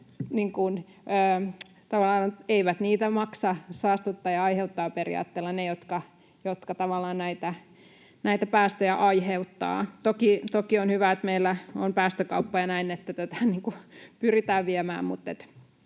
kustannuksia maksa saastuttaja aiheuttaa ‑periaattella ne, jotka näitä päästöjä aiheuttavat. Toki on hyvä, että meillä on päästökauppa ja näin, että tätä pyritään viemään